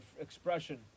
expression